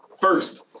first